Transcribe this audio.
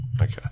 Okay